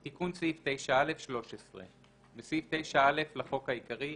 "תיקון סעיף 9א 13. בסעיף 9א לחוק העיקרי,